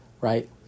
Right